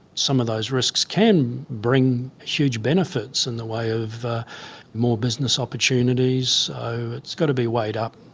some of those risks can bring huge benefits in the way of more business opportunities, so it's got be weighed up,